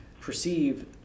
perceive